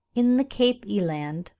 in the cape eland,